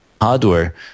hardware